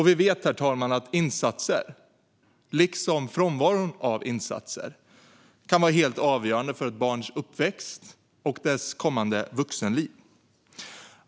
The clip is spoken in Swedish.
Vi vet, herr talman, att insatser, liksom frånvaron av insatser, kan vara helt avgörande för ett barns uppväxt och dess kommande vuxenliv.